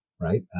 right